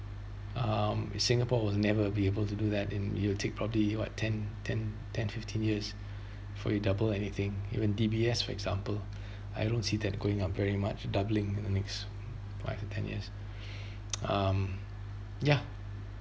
um singapore will never be able to do that in it'll take probably what ten ten ten fifteen years for you double anything even D_B_S for example I don't see that going up very much doubling in the next what ten years um ya